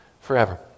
forever